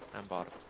and bodied